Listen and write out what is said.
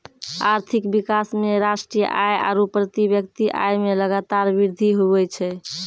आर्थिक विकास मे राष्ट्रीय आय आरू प्रति व्यक्ति आय मे लगातार वृद्धि हुवै छै